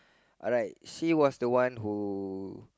I like she was the one who